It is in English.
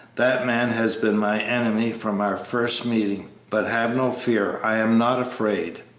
that man has been my enemy from our first meeting but have no fear i am not afraid.